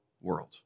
world